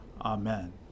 Amen